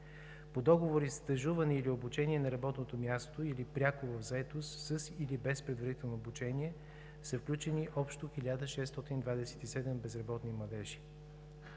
По договори „Стажуване“ или „Обучение на работното място“, или „Пряка заетост“ с или без предварително обучение са включени общо 1627 безработни младежи.